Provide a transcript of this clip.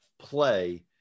play